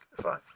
fine